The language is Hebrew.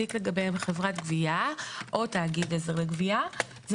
להעסיק לגביהם חברת גבייה או תאגיד עזר לגבייה זה